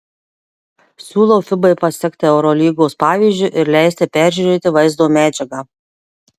siūlau fibai pasekti eurolygos pavyzdžiu ir leisti peržiūrėti vaizdo medžiagą